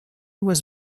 was